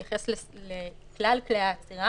אנחנו בעד המיחזור ורוצים שיהיו לכם כלי אכיפה לכך.